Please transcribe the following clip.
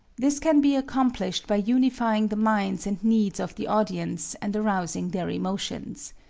this can be accomplished by unifying the minds and needs of the audience and arousing their emotions.